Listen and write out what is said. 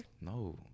No